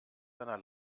seiner